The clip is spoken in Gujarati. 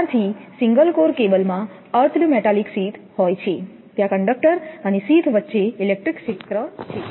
ત્યારથી સિંગલ કોર કેબલમાં અર્થડ મેટાલિક શીથ હોય છે ત્યાં કંડકટર અને શીથ વચ્ચે ઇલેક્ટ્રિક ક્ષેત્ર છે